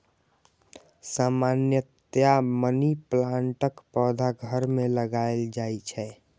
सामान्यतया मनी प्लांटक पौधा घर मे लगाएल जाइ छै